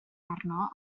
arno